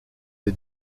les